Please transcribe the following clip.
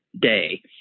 day